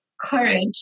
courage